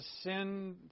sin